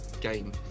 game